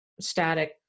static